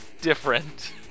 different